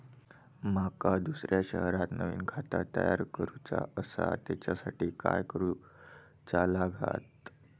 माका दुसऱ्या शहरात नवीन खाता तयार करूचा असा त्याच्यासाठी काय काय करू चा लागात?